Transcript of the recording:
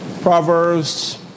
Proverbs